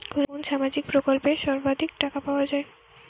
কোন সামাজিক প্রকল্পে সর্বাধিক টাকা পাওয়া য়ায়?